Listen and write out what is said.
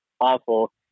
awful